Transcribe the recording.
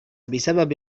بسبب